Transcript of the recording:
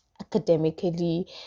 academically